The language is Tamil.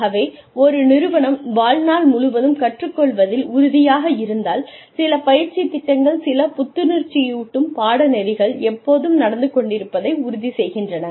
ஆகவே ஒரு நிறுவனம் வாழ்நாள் முழுவதும் கற்றுக் கொள்வதில் உறுதியாக இருந்தால் சில பயிற்சித் திட்டங்கள் சில புத்துணர்ச்சியூட்டும் பாடநெறிகள் எப்போதும் நடந்து கொண்டிருப்பதை உறுதி செய்கின்றன